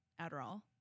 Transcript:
Adderall